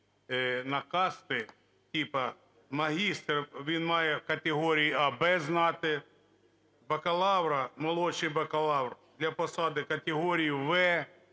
на касти: типу магістр він має категорії "А", "Б" знати; бакалавра, молодший бакалавр - для посади категорії